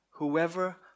Whoever